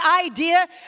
idea